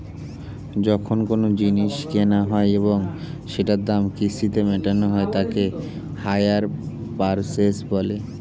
যখন কোনো জিনিস কেনা হয় এবং সেটার দাম কিস্তিতে মেটানো হয় তাকে হাইয়ার পারচেস বলে